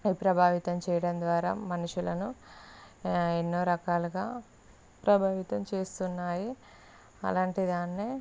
ప్రభావితం చేయడం ద్వారా మనుషులను ఎన్నో రకాలుగా ప్రభావితం చేస్తున్నాయి అలాంటి దాన్ని